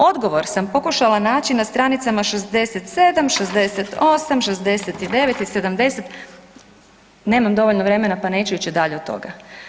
Odgovor sam pokušala naći na stranicama 67, 68, 69 i 70, nemam dovoljno vremena pa neću ići dalje od toga.